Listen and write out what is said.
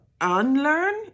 unlearn